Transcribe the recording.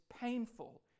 painful